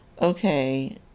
okay